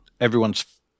everyone's